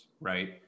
right